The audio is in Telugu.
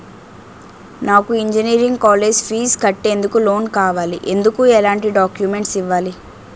నాకు ఇంజనీరింగ్ కాలేజ్ ఫీజు కట్టేందుకు లోన్ కావాలి, ఎందుకు ఎలాంటి డాక్యుమెంట్స్ ఇవ్వాలి?